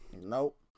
nope